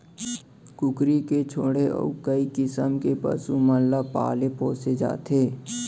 कुकरी के छोड़े अउ कई किसम के पसु मन ल पाले पोसे जाथे